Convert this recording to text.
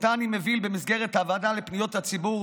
שאני מוביל במסגרת הוועדה לפניות הציבור,